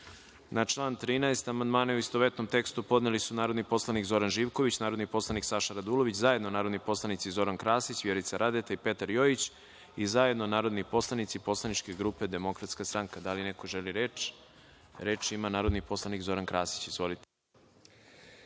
član 13. amandmane u istovetnom tekstu podneli su narodni poslanici Zoran Živković, narodni poslanik Saša Radulović, zajedno narodni poslanici Zoran Krasić, Vjerica Radeta i Petar Jojić, i zajedno narodni poslanici poslaničke grupe DS.Da li neko želi reč? Reč ima narodni poslanik Zoran Krasić. **Zoran